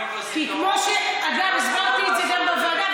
כי כמו שהסברתי גם בוועדה,